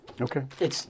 Okay